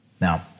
Now